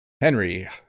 Henry